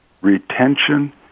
retention